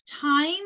time